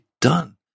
done